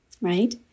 right